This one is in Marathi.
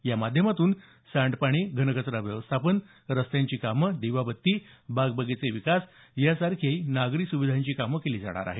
या माध्यमातून सांडपाणी घनकचरा व्यवस्थापन रस्त्यांची कामे दिवाबत्ती बाग बगीचे विकास यांसारखी नागरी सुविधांची कामे केली जाणार आहेत